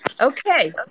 Okay